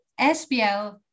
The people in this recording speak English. sbl